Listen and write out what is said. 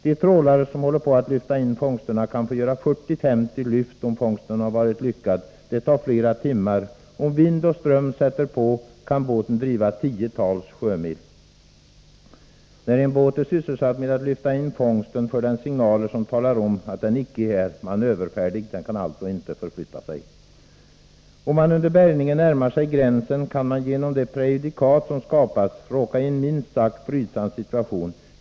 En trålare som håller på att lyfta in fångsten kan få göra 40-50 lyft, om fångsten har varit lyckad. Det tar flera timmar, om vind och ström sätter in, kan båten driva tiotals sjömil. När en båt är sysselsatt med att lyfta in fångsten för den signaler, som talar om att den inte är manöverfärdig. Den kan alltså inte förflytta sig. Om man under bärgningen närmar sig gränsen, kan man genom det prejudikat som har skapats råka i en minst sagt brydsam situation.